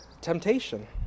temptation